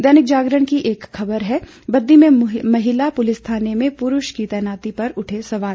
दैनिक जागरण की एक खबर है बद्दी में महिला पुलिस थाने में पुरूष की तैनाती पर उठे सवाल